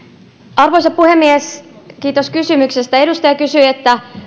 arvoisa puhemies kiitos kysymyksestä edustaja kysyi